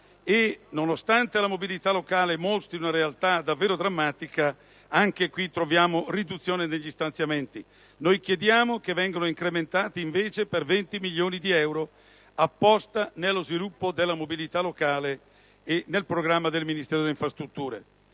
Nonostante la mobilità locale mostri una realtà davvero drammatica, anche in tale comparto troviamo una riduzione degli stanziamenti, che chiediamo vengano incrementati per 20 milioni di euro, destinati allo sviluppo della mobilità locale e del programma del Ministero delle infrastrutture.